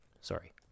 Sorry